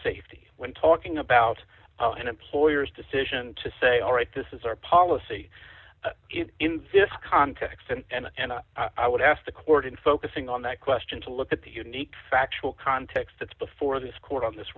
safety when talking about an employer's decision to say all right this is our policy in this context and i would ask the court in focusing on that question to look at the unique factual context that's before this court on this